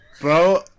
Bro